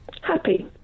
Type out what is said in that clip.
Happy